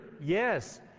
yes